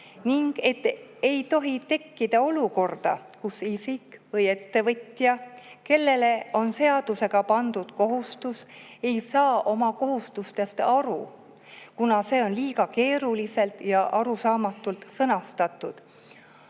ning et ei tohi tekkida olukorda, kus isik või ettevõtja, kellele on seadusega pandud kohustus, ei saa oma kohustustest aru, kuna see on liiga keeruliselt ja arusaamatult sõnastatud.